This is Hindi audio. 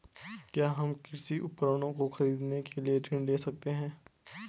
क्या हम कृषि उपकरणों को खरीदने के लिए ऋण ले सकते हैं?